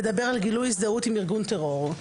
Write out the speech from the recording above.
מדבר על גילוי הזדהות עם ארגון טרור.